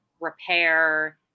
repair